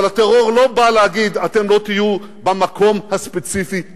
אבל הטרור לא בא להגיד: אתם לא תהיו במקום הספציפי הזה.